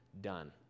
done